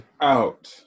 Out